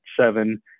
seven